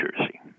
Jersey